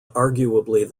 arguably